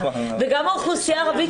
וגם האוכלוסייה הערבית,